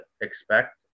expect